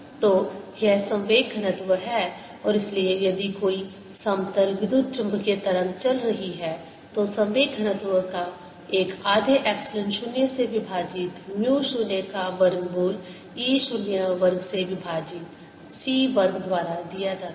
तो यह संवेग घनत्व है और इसलिए यदि कोई समतल विद्युतचुम्बकीय तरंग चल रही है तो संवेग घनत्व को एक आधे एप्सिलॉन 0 से विभाजित म्यू 0 का वर्गमूल e 0 वर्ग से विभाजित c वर्ग द्वारा दिया जाता है